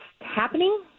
happening